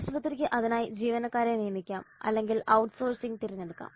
ആശുപത്രിക്ക് അതിനായി ജീവനക്കാരെ നിയമിക്കാം അല്ലെങ്കിൽ ഔട്ട്സോഴ്സിംഗ് തിരഞ്ഞെടുക്കാം